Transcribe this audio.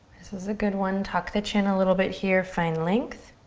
this is a good one, tuck the chin a little bit here. find length.